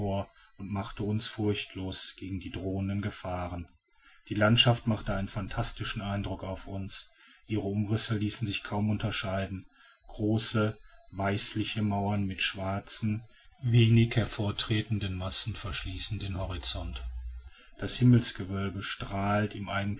und machte uns furchtlos gegen die drohenden gefahren die landschaft machte einen phantastischen eindruck auf uns ihre umrisse ließen sich kaum unterscheiden große weißliche mauern mit schwarzen wenig hervortretenden massen verschließen den horizont das himmelsgewölbe strahlt in